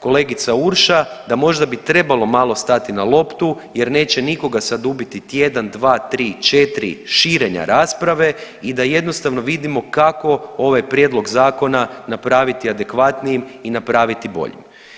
kolegica Urša, da možda bi trebalo malo stati na loptu jer neće nikoga sad ubiti tjedan, dva, tri, četri širenja rasprave i da jednostavno vidimo kako ovaj prijedlog zakona napraviti adekvatnim i napraviti boljim.